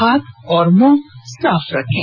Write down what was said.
हाथ और मुंह साफ रखें